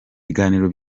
biganiro